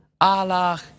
Allah